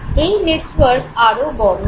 এই নেটওয়ার্ক আরও বড় হয়